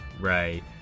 Right